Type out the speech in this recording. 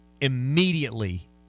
immediately